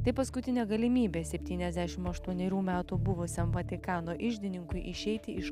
tai paskutinė galimybė septyniasdešim aštuonerių metų buvusiam vatikano iždininkui išeiti iš